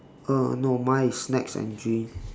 uh no mine is snacks and drinks